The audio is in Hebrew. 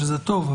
שזה טוב,